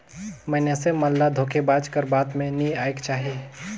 मइनसे मन ल धोखेबाज कर बात में नी आएक चाही